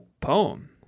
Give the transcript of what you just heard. poem